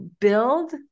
build